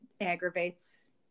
aggravates